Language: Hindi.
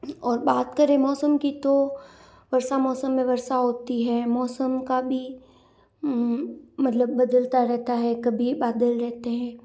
और बात करें मौसम की तो वर्षा मौसम में वर्षा होती है मौसम का भी मतलब बदलता रहता है कभी बादल रहते हैं